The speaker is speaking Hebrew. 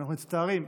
אנחנו מצטערים.